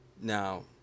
Now